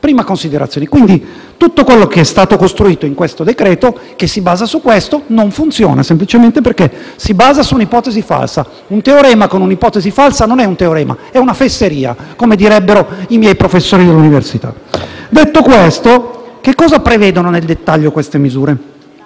prima considerazione. Quindi, tutto quello che è stato costruito nel decreto-legge in esame, che si basa su questo, non funziona semplicemente perché si basa su un'ipotesi falsa. Un teorema con un'ipotesi falsa non è un teorema, è una fesseria, come direbbero i miei professori dell'università. Detto questo, andiamo a vedere cosa prevedono nel dettaglio le misure